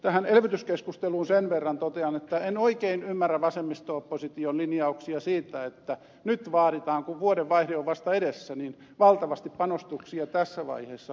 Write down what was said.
tähän elvytyskeskusteluun sen verran totean että en oikein ymmärrä vasemmisto opposition linjauksia siitä että nyt vaaditaan kun vuodenvaihde on vasta edessä niin valtavasti panostuksia tässä vaiheessa